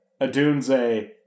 Adunze